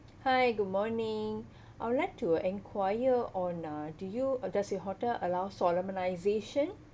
hi good morning I would like to enquire on uh do you does your hotel allow solemnisation